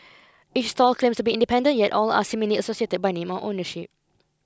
each stall claims to be independent yet all are seemingly associated by name or ownership